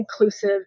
inclusive